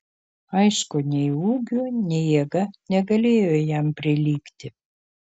aišku nei ūgiu nei jėga negalėjo jam prilygti